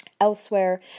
elsewhere